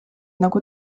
nagu